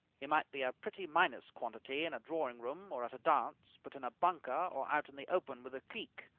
he might be a pretty minus quantity in a drawing-room or at a dance, but in a bunker or out in the open with a cleek,